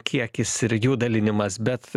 kiekis ir jų dalinimas bet